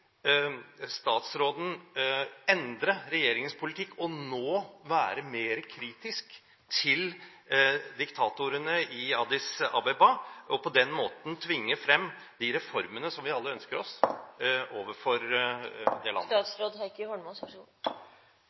statsråden endre regjeringens politikk og nå være mer kritisk til diktatoren i Addis Abeba, og på den måten tvinge frem de reformene som vi alle ønsker